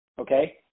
okay